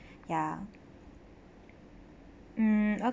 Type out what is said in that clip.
ya mm